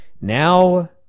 now